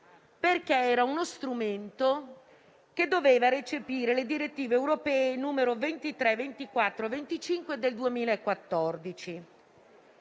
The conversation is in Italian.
perché era uno strumento che doveva recepire le direttive europee nn. 23, 24 e 25 del 2014.